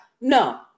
no